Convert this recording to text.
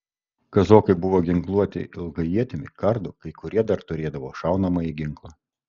kazokai buvo ginkluoti ilga ietimi kardu kai kurie dar turėdavo šaunamąjį ginklą